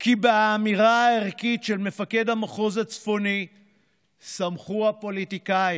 כי באמירה הערכית של מפקד המחוז הצפוני שמחו הפוליטיקאים,